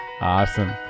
Awesome